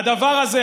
הדבר הזה,